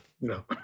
No